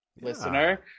listener